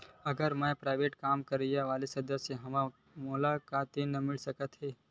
अगर मैं प्राइवेट काम करइया वाला सदस्य हावव का मोला ऋण मिल सकथे?